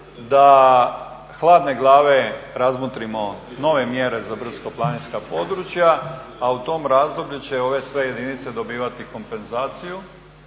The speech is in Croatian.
da hladne glave razmotrimo nove mjere za brdsko-planinska područja, a u tom razdoblju će ove sve jedinice dobivati kompenzaciju